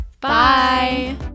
Bye